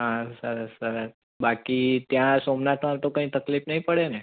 સારું સરસ સરસ બાકી ત્યાં સોમનાથમાં તો કંઈ તકલીફ નહીં પડે ને